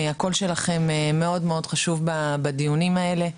הקול שלכם מאוד-מאוד חשוב בדיונים האלה.